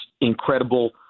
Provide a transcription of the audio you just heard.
incredible